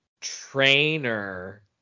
trainer